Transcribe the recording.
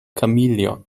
chameleon